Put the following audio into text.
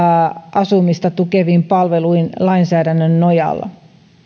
asumista tukeviin palveluihin lainsäädännön nojalla